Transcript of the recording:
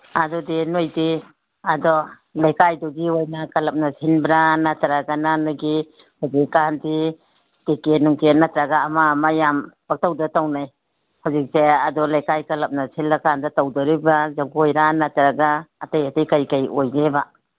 ꯑꯗꯨꯗꯤ ꯅꯣꯏꯗꯤ ꯑꯗꯣ ꯂꯩꯀꯥꯏꯗꯨꯒꯤ ꯑꯣꯏꯅ ꯀꯂꯕꯅ ꯁꯤꯟꯕ꯭ꯔ ꯅꯠꯇ꯭ꯔꯒꯅ ꯅꯣꯏꯒꯤ ꯍꯧꯖꯤꯛꯀꯥꯟꯗꯤ ꯇꯤꯛꯀꯦꯠ ꯅꯨꯡꯀꯦꯠ ꯅꯠꯇ꯭ꯔꯒ ꯑꯃ ꯃꯌꯥꯝ ꯄꯪꯇꯧꯇ ꯇꯧꯅꯩ ꯍꯧꯖꯤꯛꯁꯦ ꯑꯗꯣ ꯂꯩꯀꯥꯏ ꯀꯂꯕꯅ ꯁꯤꯜꯂꯀꯥꯟꯗ ꯇꯧꯗꯣꯔꯤꯕ꯭ꯔ ꯖꯒꯣꯏꯔ ꯅꯠꯇ꯭ꯔꯒ ꯑꯇꯩ ꯑꯇꯩ ꯀꯔꯤ ꯀꯔꯤ ꯑꯣꯏꯒꯦꯕ